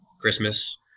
Christmas